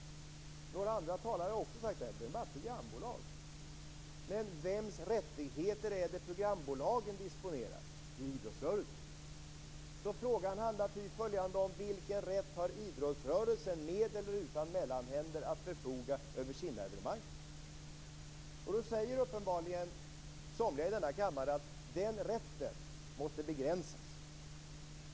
Några andra talare har också sagt detta, att det bara är programbolag. Men vems rättigheter är det programbolagen disponerar? Jo, idrottsrörelsens. Så frågan handlar ty följande om vilken rätt idrottsrörelsen har att med eller utan mellanhänder förfoga över sina evenemang. Då säger uppenbarligen somliga i denna kammare att den rätten måste begränsas.